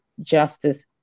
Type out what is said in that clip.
Justice